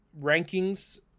rankings